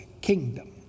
kingdom